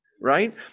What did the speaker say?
right